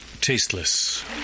tasteless